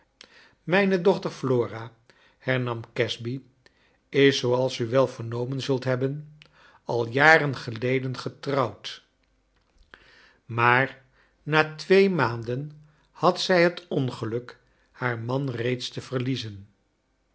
mijne dochter flora hernam ashy is zooals u wel vernomen zult charles dickens hebben al jaren geleden getrouwd rnaar na twee maanden had zij het ongeluk haar man reeds te verliezen